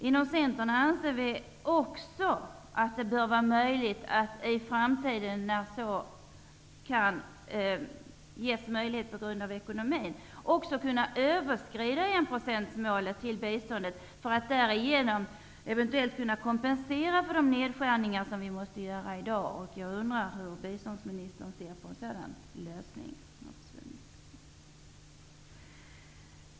Inom Centern anser vi också att det bör vara möjligt att i framtiden, när ekonomin medger det, kunna överskrida 1-procentsmålet, för att därigenom eventuellt kunna kompensera för de nedskärningar som vi måste göra i dag. Jag undrar hur biståndsministern ser på en sådan lösning.